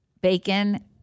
bacon